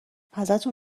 ازتون